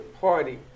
Party